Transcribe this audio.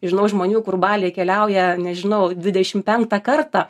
žinau žmonių kur į balį keliauja nežinau dvidešim penktą kartą